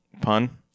pun